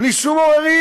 בלי שום עוררין.